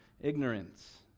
ignorance